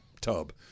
tub